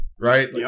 right